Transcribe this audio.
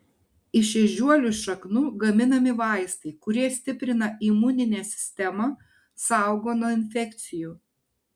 iš ežiuolių šaknų gaminami vaistai kurie stiprina imuninę sistemą saugo nuo infekcijų